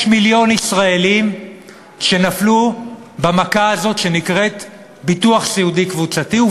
יש מיליון ישראלים שנפלו במכה הזאת שנקראת ביטוח סיעודי קבוצתי,